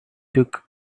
took